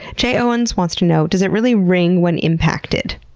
jay owens wants to know does it really ring when impacted?